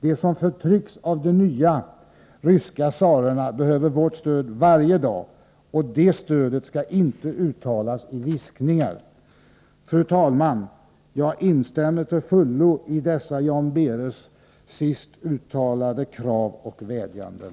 De som förtrycks av de nya ryska tsarerna behöver vårt stöd varje dag: Och det stödet skall inte uttalas med viskningar.” Fru talman! Jag instämmer till fullo i dessa Jan Behres sist uttalade krav och vädjanden.